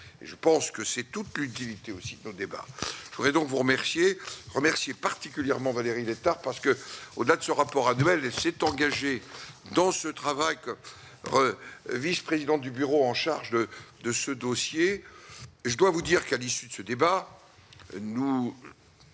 je pense que c'est toute l'utilité aussi que nos débats je voudrais donc vous remercier, remercier particulièrement Valérie Létard parce qu'au-delà de ce rapport annuel et s'est engagé dans ce travail re, vice-président du bureau en charge de ce dossier, je dois vous dire qu'à l'issue de ce débat, nous